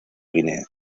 guinea